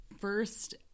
first